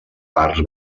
parts